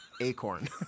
Acorn